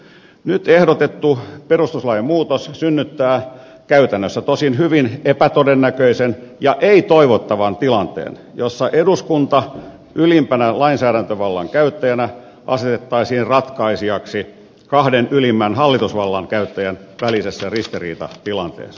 nyt ehdotettu perustuslain muutos synnyttää tosin käytännössä hyvin epätodennäköisen ja ei toivottavan tilanteen jossa eduskunta ylimpänä lainsäädäntövallan käyttäjänä asetettaisiin ratkaisijaksi kahden ylimmän hallitusvallan käyttäjän välisessä ristiriitatilanteessa